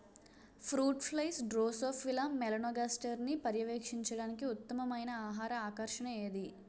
Fruit flies drosophila మెలనోగాస్టర్ని పర్యవేక్షించడానికి ఉత్తమమైన ఆహార ఆకర్షణ ఏది?